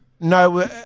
no